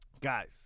guys